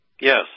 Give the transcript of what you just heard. Yes